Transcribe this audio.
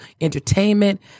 entertainment